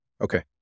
Okay